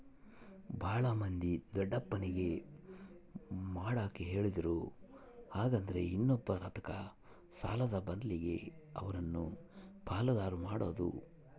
ಬಾಳ ಮಂದಿ ದೊಡ್ಡಪ್ಪಗ ಮಾಡಕ ಹೇಳಿದ್ರು ಹಾಗೆಂದ್ರ ಇನ್ನೊಬ್ಬರತಕ ಸಾಲದ ಬದ್ಲಗೆ ಅವರನ್ನ ಪಾಲುದಾರ ಮಾಡೊದು